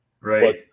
right